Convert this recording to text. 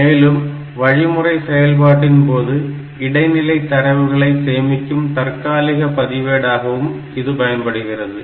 மேலும் வழிமுறை செயல்பாட்டின் போது இடைநிலை தரவுகளை சேமிக்கும் தற்காலிக பதிவிவேடாகவும் இது பயன்படுகிறது